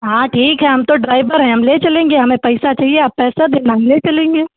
हाँ ठीक है हम तो ड्रायबर है हम ले चलेंगे हमें पैसा चाहिए आप पैसा देना हम ले चलेंगे